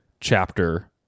chapter